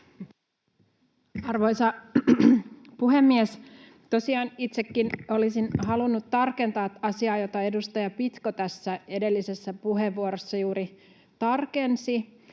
Arvoisa puhemies! Tosiaan itsekin olisin halunnut tarkentaa asiaa, jota edustaja Pitko tässä edellisessä puheenvuorossa juuri tarkensi.